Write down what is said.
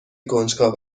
کنجکاو